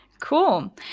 Cool